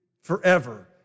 forever